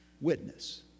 witness